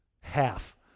half